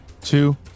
two